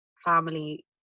family